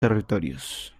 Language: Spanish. territorios